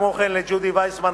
וכמו כן לג'ודי וסרמן,